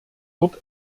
dort